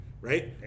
right